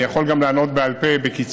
אני יכול גם לענות בעל פה בקיצור,